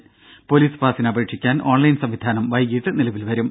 ത പൊലീസ് പാസിന് അപേക്ഷിക്കാൻ ഓൺലൈൻ സംവിധാനം വൈകീട്ട് നിലവിൽ വരും